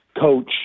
coach